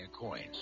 Coins